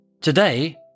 Today